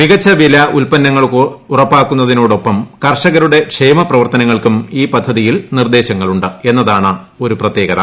മികച്ച വില ഉത്പന്നങ്ങൾക്ക് ഉറപ്പാക്കുന്നതിനോടൊപ്പം കർഷകരുടെ ക്ഷേമപ്രവർത്തനങ്ങൾക്കും ഈ പദ്ധതിയിൽ നിർദ്ദേശങ്ങളുണ്ട് എന്നതാണ് പ്രത്യേകത